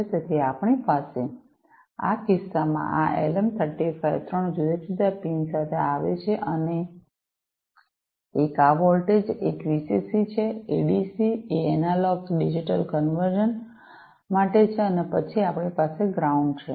તેથી આપણી પાસે આ કિસ્સામાં આ એલએમ 35 ત્રણ જુદા જુદા પિન સાથે આવે છે એક આ વોલ્ટેજ એક વીસીસી છે એડીસી એ એનાલોગથી ડિજિટલ કન્વર્ઝન માટે છે અને પછી આપણી પાસે ગ્રાઉંડ છે